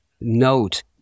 note